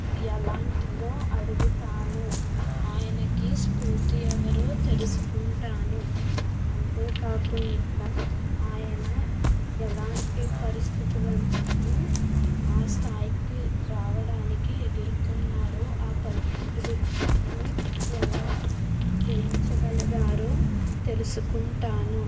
ఎలాంటిదో అడుగుతాను ఆయనకి స్ఫూర్తి ఎవరో తెలుసుకుంటాను అంతేకాకుండా ఆయన ఎలాంటి పరిస్థితులను ఆ స్థాయికి రావడానికి ఎదుర్కొన్నారో ఆ పరిస్థితి ఎలా జయించగలిగారో తెలుసుకుంటాను